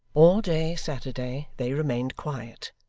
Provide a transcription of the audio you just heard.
all day, saturday, they remained quiet.